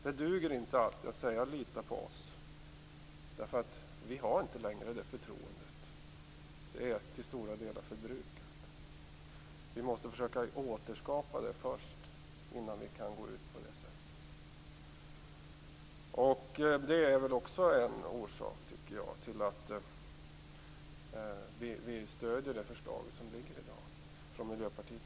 Det duger inte alltid att säga: "Lita på oss." Vi har inte längre det förtroendet. Det är till stora delar förbrukat. Vi måste försöka återskapa det först. Detta är en orsak till att vi i Miljöpartiet stöder det förslag som har lagts fram.